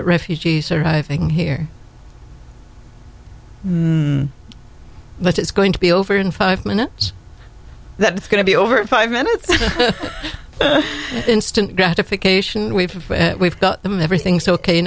refugee surviving here but it's going to be over in five minutes that it's going to be over five minutes instant gratification we've we've got them everything's ok